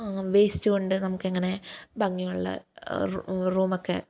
waste കൊണ്ട് നമ്മുക്കെങ്ങനെ ഭംഗിയുള്ള റൂമൊക്കെ